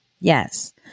Yes